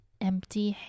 empty